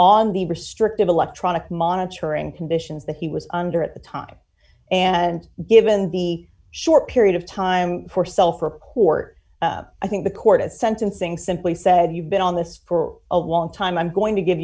on the restrictive electronic monitoring conditions that he was under at the time and given the short period of time for self report i think the court at sentencing simply said you've been on this for a long time i'm going to give